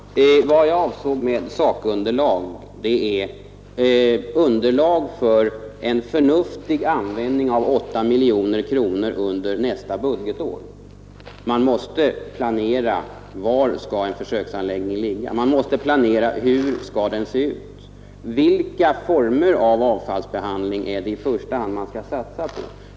Fru talman! Vad jag avsåg med sakunderlag var i detta fall underlag för en förnuftig användning av 8 miljoner kronor under nästa budgetår. Man måste planera: Var skall en försöksanläggning ligga? Hur skall den se ut? Vilka former av avfallsbehandling skall man i första hand satsa på?